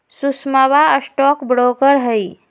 सुषमवा stock broker हई